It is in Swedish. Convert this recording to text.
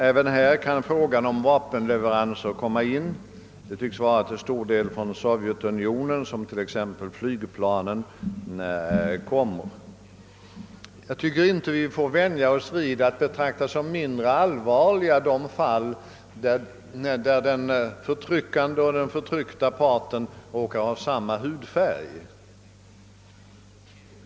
Även här aktualiseras frågan om vapenleveranser; det tycks till stor del vara från Sovjetunionen som t.ex. flygplanen kommer. Vi får inte vänja oss vid att anse som mindre allvarliga de fall där den förtryckande och den förtryckta parten råkar ha samma hudfärg.